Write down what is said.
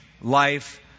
life